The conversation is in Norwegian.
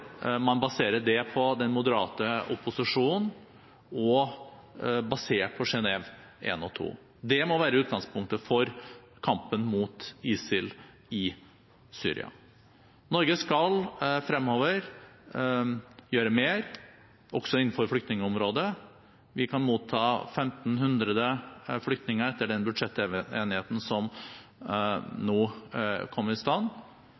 man får faset ut al-Assad, får et nytt styre i Syria basert på den moderate opposisjonen – og på Genève 1 og 2? Det må være utgangspunktet for kampen mot ISIL i Syria. Norge skal gjøre mer fremover, også innenfor flyktningområdet. Vi kan motta 1 500 flyktninger etter den budsjettenigheten som nå kom i stand.